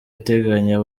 iteganya